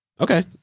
Okay